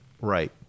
right